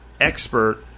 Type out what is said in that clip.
expert